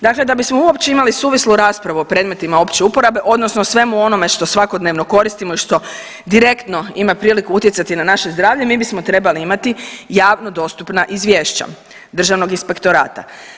Dakle, da bismo uopće imali suvislu raspravu o predmetima opće uporabe odnosno o svemu onome što svakodnevno koristimo i što direktno ima priliku utjecati na naše zdravlje mi bismo trebali imati javno dostupna izvješća državnog inspektorata.